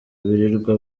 birirwa